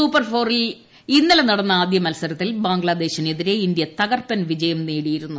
super ഫോറിൽ ഇന്നലെ നടന്ന ആദ്യമത്സരത്തിൽ ബംഗ്ലാദേശിനെതിരെ ഇന്ത്യ തകർപ്പൻ ജയം നേടിയിരുന്നു